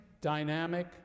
dynamic